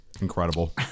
Incredible